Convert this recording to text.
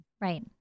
Right